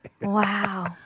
Wow